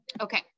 Okay